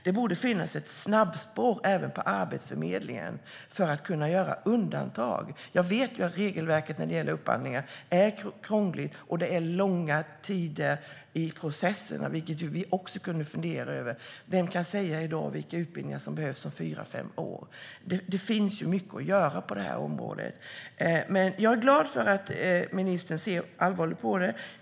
Det borde finnas ett snabbspår även på Arbetsförmedlingen för att kunna göra undantag. Jag vet att regelverket för upphandlingar är krångligt och att det är långa tider i processerna, vilket vi också skulle kunna fundera över. Vem kan säga i dag vilka utbildningar som behövs om fyra fem år? Det finns mycket att göra på området. Jag är dock glad för att ministern ser allvarligt på frågan.